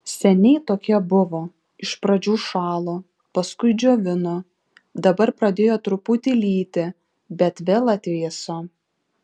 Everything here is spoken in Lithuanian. seniai tokie buvo iš pradžių šalo paskui džiovino dabar pradėjo truputį lyti bet vėl atvėso